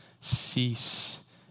cease